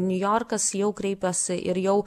niujorkas jau kreipėsi ir jau